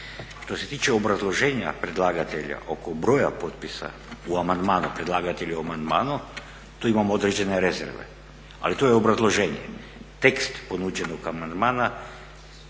Što se tiče obrazloženja predlagatelja oko broja potpisa u amandmanu predlagatelja u amandmanu tu imamo određene rezerve, ali to je obrazloženje. Tekst ponuđenog amandmana